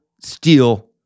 steal